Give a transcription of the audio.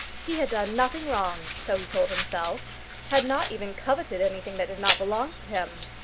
he had done nothing wrong so he told himself had not even coveted anything that did not belong to him.